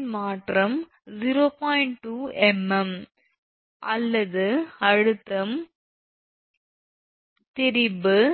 2 𝑚𝑚 எண் அ அழுத்தம் ஆ திரிபு c